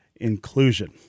inclusion